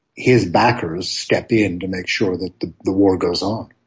his backers step in to make sure that the the war goes on.